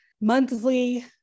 monthly